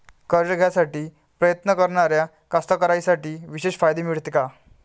कर्ज घ्यासाठी प्रयत्न करणाऱ्या कास्तकाराइसाठी विशेष फायदे मिळते का?